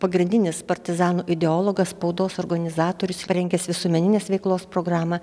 pagrindinis partizanų ideologas spaudos organizatorius parengęs visuomeninės veiklos programą